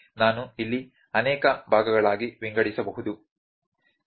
ನಾನು ಇಲ್ಲಿ ಅನೇಕ ಭಾಗಗಳಾಗಿ ವಿಂಗಡಿಸಬಹುದು ಸರಿ